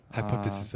Hypothesis